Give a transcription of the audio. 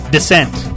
Descent